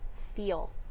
feel